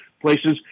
places